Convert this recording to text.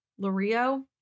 Lorio